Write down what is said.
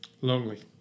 lonely